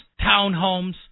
townhomes